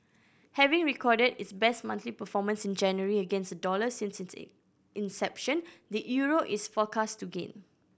having recorded its best monthly performance in January against the dollar since its inception the euro is forecast to gain